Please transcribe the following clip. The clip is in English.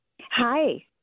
Hi